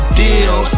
deal